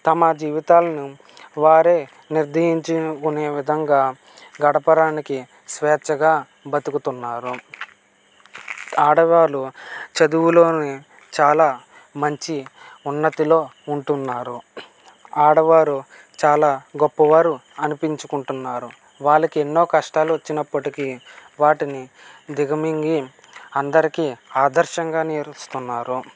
తమ జీవితాలను వారే నిర్ణయించుకునే విధంగా గడపడానికి స్వేచ్చగా బతుకుతున్నారు ఆడవాళ్ళు చదువులోనే చాలా మంచి ఉన్నతిలో ఉంటున్నారు ఆడవారు చాలా గొప్పవారు అనిపించుకుంటున్నారు వాళ్ళకి ఎన్నో కష్టాలు వచ్చినప్పటికీ వాటిని దిగమింగి అందరికీ ఆదర్శంగా నిలుస్తున్నారు